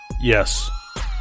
Yes